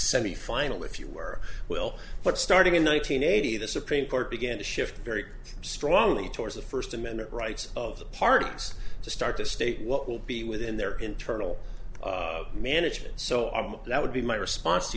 semifinal if you were will but starting in one nine hundred eighty the supreme court began to shift very strongly towards the first amendment rights of the parties to start to state what will be within their internal management so on that would be my response to